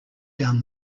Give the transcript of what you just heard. down